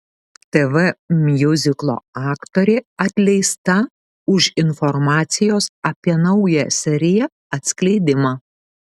tv miuziklo aktorė atleista už informacijos apie naują seriją atskleidimą